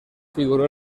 figuró